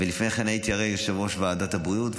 והרי לפני כן הייתי יושב-ראש ועדת הבריאות,